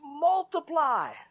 multiply